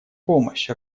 помощь